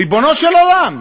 ריבונו של עולם,